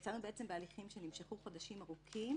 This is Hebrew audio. יצאנו בהליכים שנמשכו חודשים ארוכים